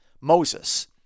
Moses